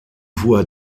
voies